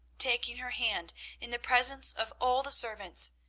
taking her hand in the presence of all the servants,